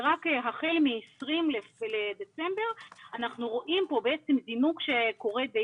ורק החל מ-20 בדצמבר אנחנו רואים פה זינוק שקורה די